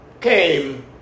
came